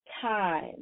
time